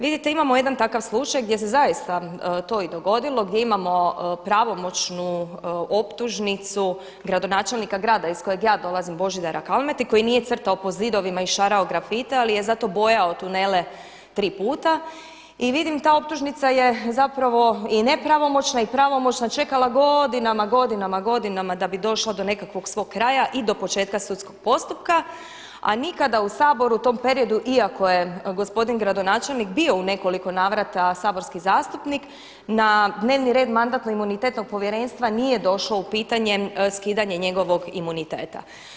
Vidite, imamo jedan takav slučaj gdje se zaista to i dogodilo, gdje imamo pravomoćnu optužnicu gradonačelnika grada iz kojeg ja dolazim, Božidara Kalmete, koji nije crtao po zidovima i šarao grafite, ali je zato bojao tunele tri puta, i vidim ta optužnica je zapravo i nepravomoćna i pravomoćna čekala godinama, godinama, godinama da bi došla do nekakvog svog kraja i do početka sudskog postupka, a nikada u Saboru u tom periodu, iako je gospodin gradonačelnik bio u nekoliko navrata saborski zastupnik, na dnevni red Mandatno-imunitetnog povjerenstva nije došlo u pitanje skidanje njegovog imuniteta.